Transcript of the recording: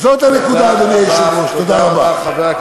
זאת הנקודה, תודה רבה.